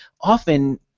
often